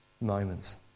moments